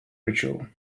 ritual